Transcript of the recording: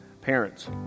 parents